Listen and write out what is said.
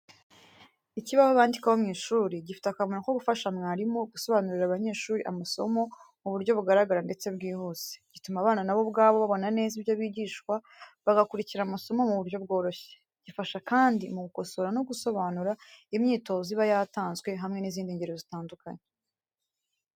Ikibaho bandikaho mu ishuri gifite akamaro ko gufasha mwarimu gusobanurira abanyeshuri amasomo mu buryo bugaragara ndetse bwihuse. Gituma abana nabo ubwabo babona neza ibyo bigishwa, bagakurikira amasomo mu buryo bworoshye. Gifasha kandi mu gukosora no gusobanura imyitozo iba yatanzwe hamwe n’izindi ngero zitandukanye.